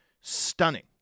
stunning